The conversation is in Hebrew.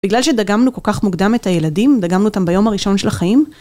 בגלל שדגמנו כל כך מוקדם את הילדים, דגמנו אותם ביום הראשון של החיים.